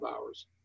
hours